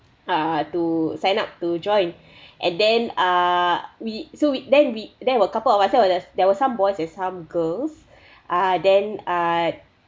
uh to sign up to join and then uh we so we then we there were couple of my friend like there was some boys and some girls uh then I